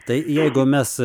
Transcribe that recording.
tai jeigu mes